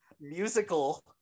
musical